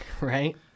Right